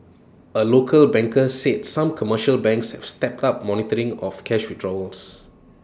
A local banker said some commercial banks have stepped up monitoring of cash withdrawals